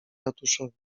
ratuszowi